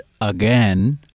again